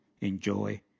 enjoy